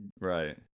right